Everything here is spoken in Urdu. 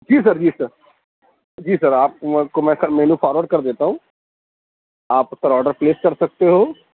جى سر جى سر جی سر آپ كو میں کو میں کل مینو فارورڈ کر دیتا ہوں آپ سر آرڈر پلیس کرسکتے ہو